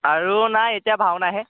আৰু নাই এতিয়া ভাওনাহে